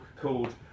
called